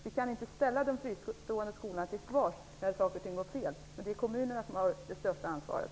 Vi kan inte ställa de fristående skolorna till svars när saker och ting går fel, utan det är kommunerna som har det största ansvaret.